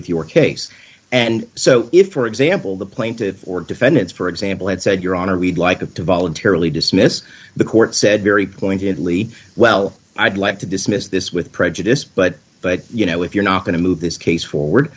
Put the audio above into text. with your case and so if for example the plaintive or defendants for example had said your honor we'd like to voluntarily dismiss the court said very pointedly well i'd like to dismiss this with prejudice but but you know if you're not going to move this case forward